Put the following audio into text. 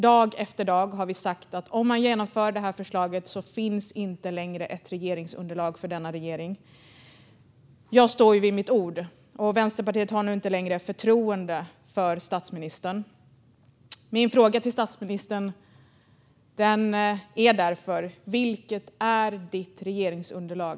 Dag efter dag har vi sagt att om man genomför förslaget finns inte längre ett regeringsunderlag för denna regering. Jag står vid mitt ord. Vänsterpartiet har inte längre förtroende för statsministern. Vilket är statsministerns regeringsunderlag?